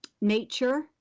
nature